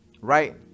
right